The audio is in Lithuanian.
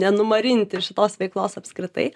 nenumarinti šitos veiklos apskritai